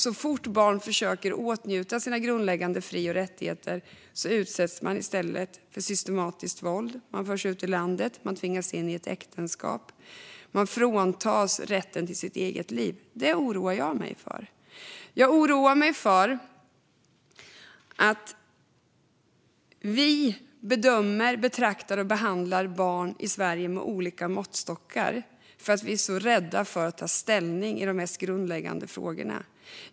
Så fort dessa barn försöker åtnjuta sina grundläggande fri och rättigheter utsätts de för systematiskt våld, förs ut ur landet, tvingas in i äktenskap och fråntas rätten till sitt liv. Detta oroar mig. Jag oroar mig för att vi i Sverige betraktar, bedömer och behandlar barn med olika måttstockar för att vi är så rädda för att ta ställning i de mest grundläggande frågorna.